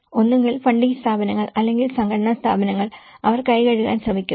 ഒന്നുകിൽ ഫണ്ടിംഗ് സ്ഥാപനങ്ങൾ അല്ലെങ്കിൽ സംഘടനാ സ്ഥാപനങ്ങൾ അവർ കൈ കഴുകാൻ ശ്രമിക്കുന്നു